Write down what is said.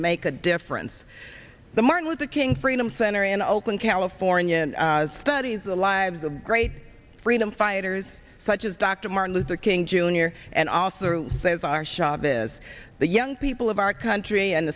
make a difference the martin luther king freedom center in oakland california studies the lives of great freedom fighters such as dr martin luther king jr and also who says our shop is the young people of our country and